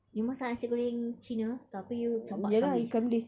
you masak nasi goreng cina tapi you campak ikan bilis